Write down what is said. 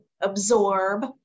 absorb